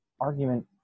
argument